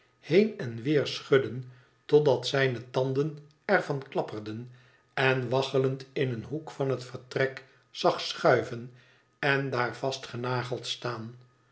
heen en weer schudden totdat zijne tanden er van klapperden en waggelend in een hoek van het vertrek zag schuiven en daar vastgenageld staan